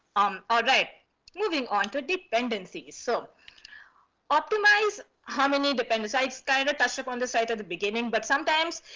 um ah like moving on to dependencies. so optimize how many dependent sites kind of touch up on the site of the beginning. but sometimes,